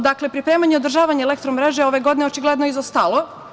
Dakle, pripremanje održavanja elektromreže ove godine je očigledno izostalo.